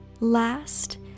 Last